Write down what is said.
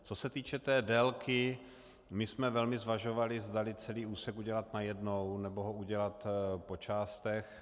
Co se týče té délky, my jsme velmi zvažovali, zdali celý úsek udělat najednou, nebo ho udělat po částech.